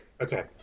Okay